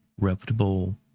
reputable